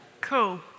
Cool